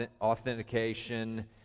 authentication